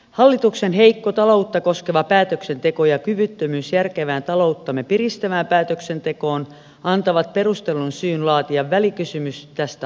hallituksen heikko taloutta koskeva päätöksenteko ja kyvyttömyys järkevään talouttamme piristävään päätöksentekoon antavat perustellun syyn laatia välikysymys tästä aiheesta